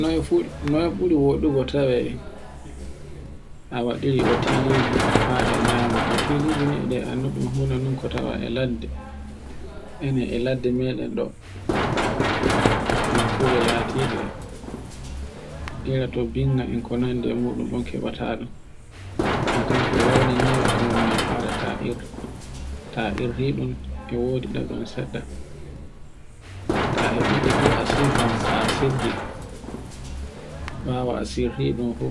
Noy fu, noy ɓuri wodugo tawe a waɗiri otiliji fa e nyamo. Otiliji ne eɗe anndunon funa non ko tawa e ladde. Ene e ladde meɗen ɗo nokkuje latiɗe ira to binde en ko nandi e muɗum fu keɓata ɗun a tawai e rauni ni mo malfare ta ir, ta artingal e wodi ɗaɗono seɗɗa. ta heɓidi fu a sirta ta sirti ɓawo a sirti ɗum fu